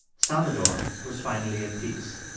salvador was finally at peace.